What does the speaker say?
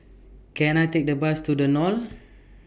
Can I Take A Bus to The Knolls